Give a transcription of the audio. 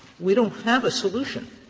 we don't have a solution